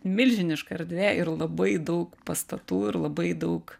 milžiniška erdvė ir labai daug pastatų ir labai daug